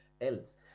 else